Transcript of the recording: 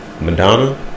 Madonna